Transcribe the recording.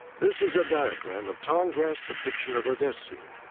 this is a diagram of tom gran't depiction of the death scene.